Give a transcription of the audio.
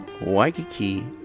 Waikiki